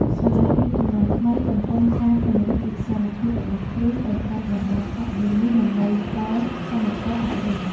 សាលារៀនជំនាន់ថ្មីកំពុងតែពង្រីកវិសាលភាពរបស់ខ្លួនទៅកាន់បណ្តាខេត្តនានាដើម្បីផ្តល់សមធម៌អប់រំ។